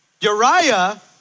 Uriah